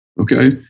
Okay